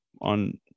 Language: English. on